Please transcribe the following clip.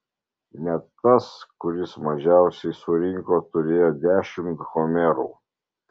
net tas kuris mažiausiai surinko turėjo dešimt homerų